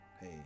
hey